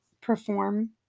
Perform